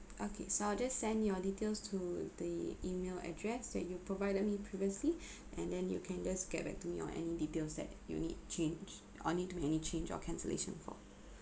okay so I'll just send your details to the email address that you provided me previously and then you can just get back to me on any details that you need change or need to make any change or cancellation for